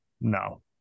No